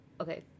okay